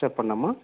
చెప్పండమ్మా